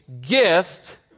gift